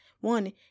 one